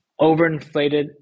overinflated